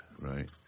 right